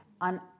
on